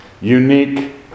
unique